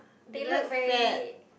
they look very